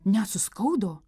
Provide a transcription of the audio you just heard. net suskaudo